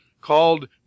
called